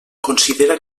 considera